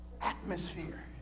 atmosphere